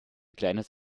kleines